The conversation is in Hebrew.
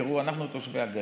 תראו, אנחנו תושבי הגליל.